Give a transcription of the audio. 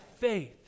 faith